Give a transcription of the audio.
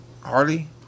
Harley